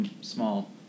small